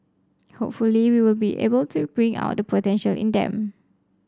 hopefully we will be able to bring out the potential in them